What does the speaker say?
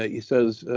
he says,